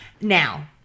Now